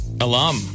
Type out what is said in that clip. alum